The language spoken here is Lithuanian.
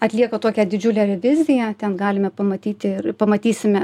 atlieka tokią didžiulę reviziją ten galime pamatyti pamatysime